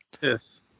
Yes